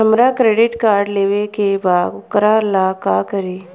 हमरा credit card लेवे के बा वोकरा ला का करी?